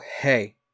hey